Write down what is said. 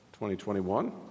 2021